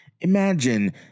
Imagine